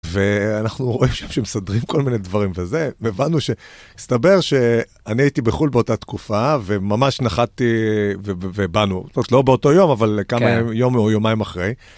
ואנחנו רואים שם שמסדרים כל מיני דברים, וזה, הבנו שהסתבר שאני הייתי בחו"ל באותה תקופה, וממש נחתתי, ובאנו, לא באותו יום, אבל כמה יום או יומיים אחרי.